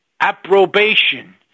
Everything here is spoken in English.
approbation